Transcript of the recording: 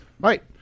right